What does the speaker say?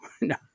no